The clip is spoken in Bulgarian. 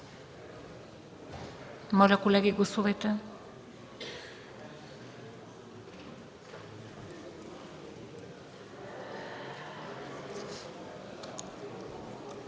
Моля, колеги, гласувайте!